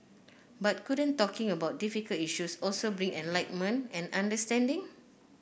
but couldn't talking about difficult issues also bring enlightenment and understanding